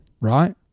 right